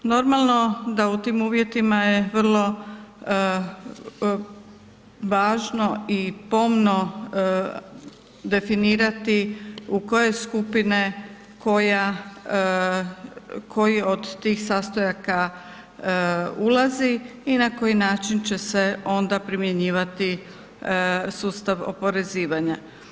Normalno da u tim uvjetima je vrlo važno i pomno definirati u koje skupine koji od tih sastojaka ulazi i na koji način će se onda primjenjivati sustav oporezivanja.